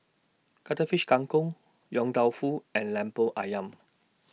Cuttlefish Kang Kong Yong Tau Foo and Lemper Ayam